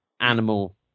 animal